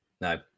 No